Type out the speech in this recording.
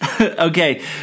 Okay